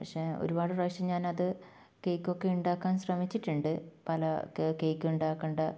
പക്ഷെ ഒരുപാട് പ്രാവശ്യം ഞാൻ അത് കേക്കൊക്കെ ഉണ്ടാക്കാൻ ശ്രമിച്ചിട്ടുണ്ട് പല കേക്ക് ഉണ്ടാക്കേണ്ട